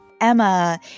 Emma